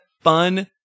fun